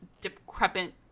decrepit